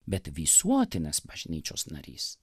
bet visuotinės bažnyčios narys